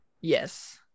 Yes